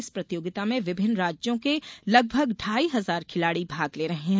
इस प्रतियोगिता में विभिन्न राज्यों के लगभग ढाई हजार खिलाड़ी भाग ले रहे हैं